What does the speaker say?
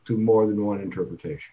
to more than one interpretation